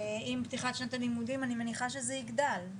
ועם פתיחת שנת הלימודים אני מניחה שזה יגדל,